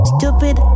Stupid